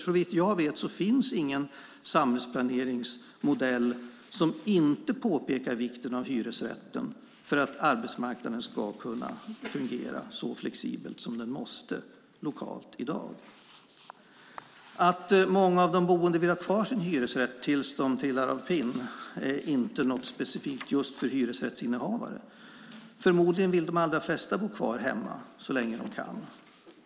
Såvitt jag vet finns ingen samhällsplaneringsmodell som inte påpekar vikten av hyresrätten för att arbetsmarknaden ska fungera så flexibelt som den måste lokalt i dag. Att många av de boende vill ha kvar sin hyresrätt tills de trillar av pinn är inte något specifikt just för hyresrättsinnehavare. Förmodligen vill de allra flesta bo kvar hemma så länge de kan.